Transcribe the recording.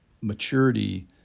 maturity